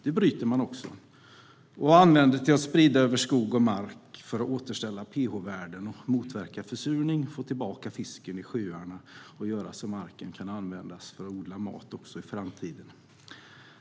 Kalk bryts och används till att sprida i skog och mark för att återställa pH-värden och motverka försurning, få tillbaka fisken i sjöarna och göra så att marken kan användas till att odla mat även i framtiden.